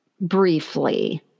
briefly